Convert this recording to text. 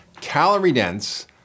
calorie-dense